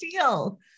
deal